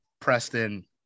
Preston